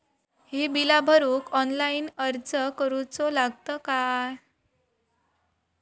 ही बीला भरूक ऑनलाइन अर्ज करूचो लागत काय?